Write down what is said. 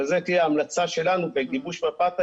וזו תהיה המלצה שלנו בגיבוש מפת האיום,